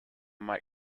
mike